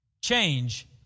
change